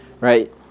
right